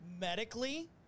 medically